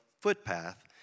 footpath